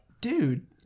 Dude